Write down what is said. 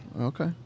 Okay